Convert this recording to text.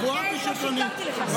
צבועה ושקרנית.